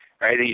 right